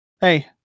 hey